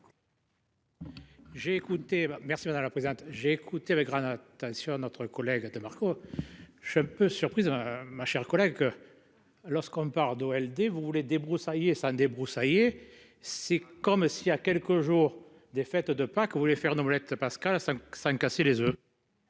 Merci madame la présidente, j'ai écouté avec grande attention à notre collègue était Marco. Je suis un peu surprise. Ma chère collègue que. Lorsqu'on parle d'des vous voulez débroussailler ça débroussailler c'est comme s'il y a quelques jours des fêtes de Pâques, vous voulez faire d'omelette Pascale à cinq sans casser les oeufs.